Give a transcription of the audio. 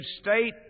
state